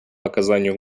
оказанию